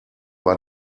war